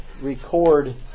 record